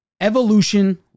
evolution